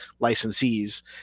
licensees